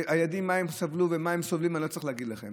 ממה הם סבלו וממה הם סובלים אני לא צריך להגיד לכם.